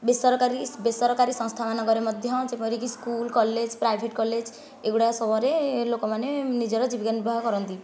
ବେସରକାରୀ ବେସରକାରୀ ସଂସ୍ଥା ମାନଙ୍କରେ ମଧ୍ୟ ଯେପରିକି ସ୍କୁଲ କଲେଜ ପ୍ରାଇଭେଟ କଲେଜ ଏଗୁଡ଼ାକ ସମୟରେ ଲୋକମାନେ ନିଜର ଜୀବିକା ନିର୍ବାହ କରନ୍ତି